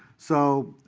so,